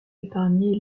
épargné